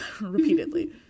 repeatedly